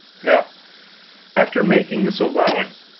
now after making this allowance,